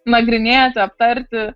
nagrinėti aptarti